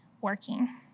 working